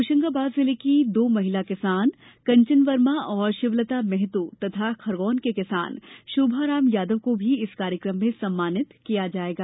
होशंगाबाद जिले की दो महिला किसान कंचन वर्मा और शिवलता मेहतो तथा खरगोन के किसान शोभाराम यादव को भी इस कार्यक्रम में सम्मानित किया जायेगा